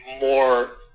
more